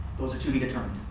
those are to be determined.